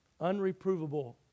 Unreprovable